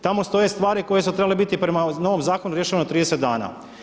Tamo stoje stvari koje su trebale biti prema novom zakonu riješeno u 30 dana.